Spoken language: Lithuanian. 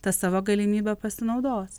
ta savo galimybe pasinaudos